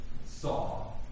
saw